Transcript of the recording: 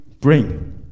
bring